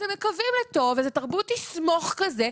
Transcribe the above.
אתם מקווים לטוב, וזה תרבות 'תסמוך' כזה.